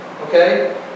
Okay